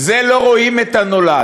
זה לא רואים את הנולד.